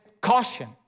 caution